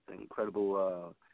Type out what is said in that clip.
incredible